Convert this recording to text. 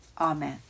Amen